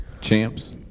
champs